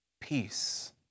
peace